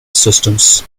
systems